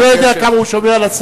אני לא יודע כמה הוא שומע לשרים,